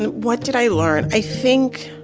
what did i learn? i think